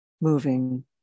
moving